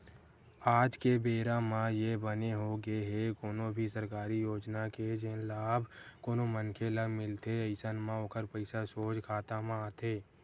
आज के बेरा म ये बने होगे हे कोनो भी सरकारी योजना के जेन लाभ कोनो मनखे ल मिलथे अइसन म ओखर पइसा सोझ खाता म आथे